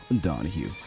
Donahue